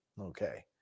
okay